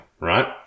right